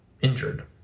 injured